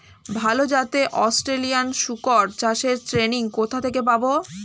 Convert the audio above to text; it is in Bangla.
ভালো জাতে অস্ট্রেলিয়ান শুকর চাষের ট্রেনিং কোথা থেকে পাব?